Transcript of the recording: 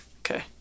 Okay